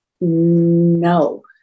No